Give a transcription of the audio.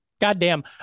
Goddamn